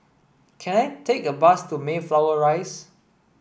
can I take a bus to Mayflower Rise